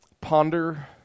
ponder